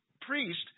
priest